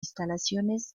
instalaciones